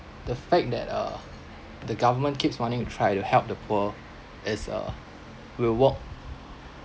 the fact that uh the government keeps wanting to try to help the poor is uh will work